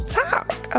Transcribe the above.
talk